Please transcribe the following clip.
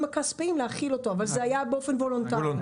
הכספיים להחיל אותו אבל זה היה באופן וולנטרי.